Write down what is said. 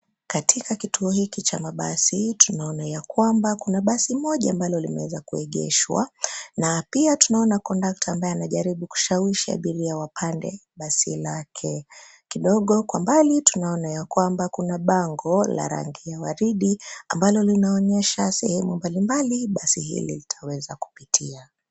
Katika kituo hiki cha mabasi, tunaona ya kwamba kuna basi moja ambalo limeweza kuegeshwa na pia tunaona kondakta ambaye anajaribu kushawishi abiria wapande basi lake. Kidogo kwa mbali tunaona ya kwamba kuna bango la rangi ya waridi, ambalo linaonyesha sehemu mbalimbali basi hili litaweza kupitia.